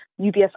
UBS